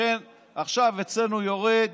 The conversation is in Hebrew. לכן עכשיו אצלנו יורד